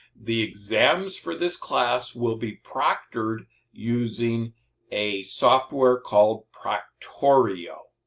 the exams for this class will be proctored using a software called proctorio.